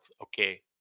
okay